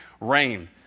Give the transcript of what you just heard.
rain